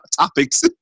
topics